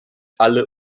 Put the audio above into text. alle